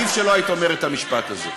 רחל, עדיף שלא היית אומרת את המשפט הזה.